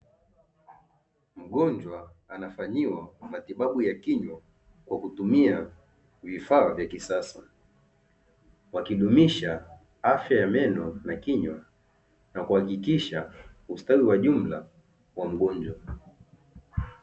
Mgonjwa anafanyiwa matibabu ya kinywa kwa kutumia vifaa vya kisasa wakidumisha afya ya meno na kinywa na kuhakikisha ustawi wa jumla wa mgonjwa.